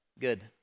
Good